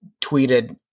tweeted